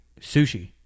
sushi